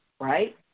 Right